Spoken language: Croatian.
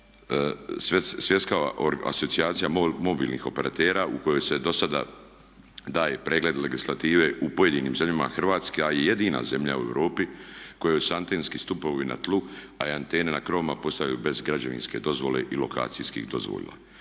Svjetska asocijacija mobilnih operatera u kojoj se dosada daje pregled legislative u pojedinim zemljama Hrvatska je jedina zemlja u Europi kojoj su antenski stupovi na tlu, a i antene na krovovima postavljaju se bez građevinske dozvole i lokacijskih dozvola.